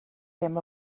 him